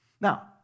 Now